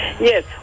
Yes